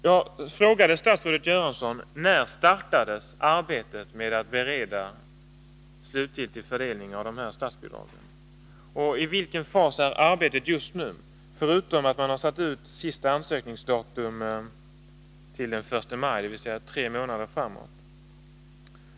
Jag frågade statsrådet Göransson: När startade beredningsarbetet för slutgiltig fördelning av dessa statsbidrag, och i vilken fas är arbetet just nu — förutom att man har satt ut sista ansökningsdatum till den 1 maj, dvs. tre månader framåt?